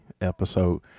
episode